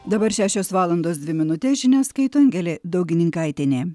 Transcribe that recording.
dabar šešios valandos dvi minutės žinias skaito angelė daugininkaitienė